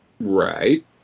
Right